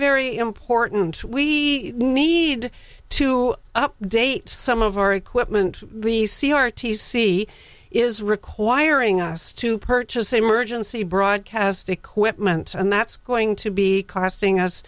very important we need to update some of our equipment the c r t c is requiring us to purchase same urgency broadcast equipment and that's going to be costing us